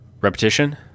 repetition